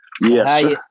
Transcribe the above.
Yes